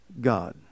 God